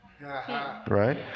Right